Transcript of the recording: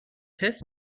test